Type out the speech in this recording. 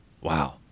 Wow